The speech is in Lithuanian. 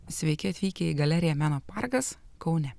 sveiki atvykę į galeriją meno parkas kaune